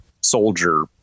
soldier